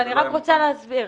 אני רק רוצה להסביר.